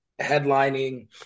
headlining